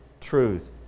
truth